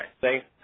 Thanks